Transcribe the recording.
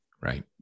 Right